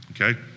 okay